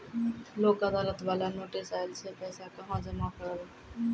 लोक अदालत बाला नोटिस आयल छै पैसा कहां जमा करबऽ?